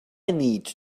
need